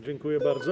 Dziękuję bardzo.